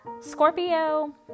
Scorpio